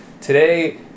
today